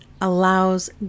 allows